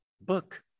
book